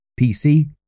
PC